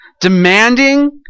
demanding